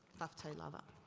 fa'afetai lava.